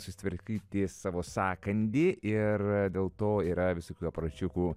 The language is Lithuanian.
susitvarkyti savo sąkandį ir dėl to yra visokių aparačiukų